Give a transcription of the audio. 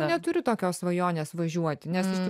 neturiu tokios svajonės važiuoti nes iš tikro